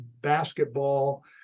basketball